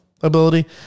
ability